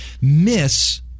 miss